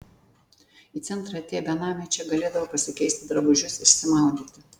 į centrą atėję benamiai čia galėdavo pasikeisti drabužius išsimaudyti